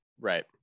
Right